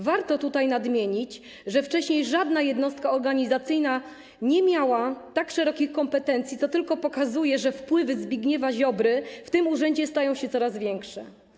Warto tutaj nadmienić, że wcześniej żadna jednostka organizacyjna nie miała tak szerokich kompetencji, co tylko pokazuje, że wpływy Zbigniewa Ziobry w tym urzędzie stają się coraz większe.